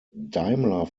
daimler